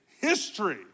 history